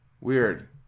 weird